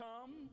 come